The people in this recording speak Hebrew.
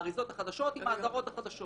האריזות החדשות עם האזהרות החדשות.